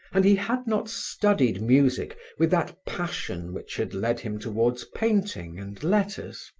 and he had not studied music with that passion which had led him towards painting and letters.